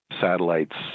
Satellites